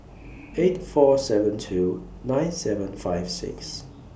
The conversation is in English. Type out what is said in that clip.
eight four seven two nine seven five six